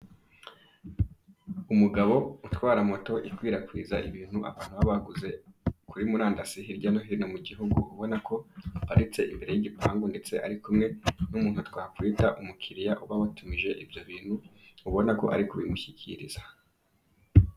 Umugabo utwara moto ikwirakwiza ibintu abantu baba baguze kuri murandasi hirya no hno mugihugu, ubona ko aparitse imbere y'igipangu ndetse ari kumwe n'umuntu twakwita umukiriya uba watumije ibyo bintu, ubona ko ari kubimushyikiriza.